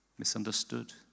Misunderstood